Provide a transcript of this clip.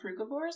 frugivores